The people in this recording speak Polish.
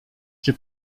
czy